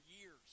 years